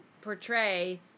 portray